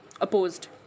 opposed